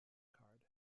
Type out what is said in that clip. card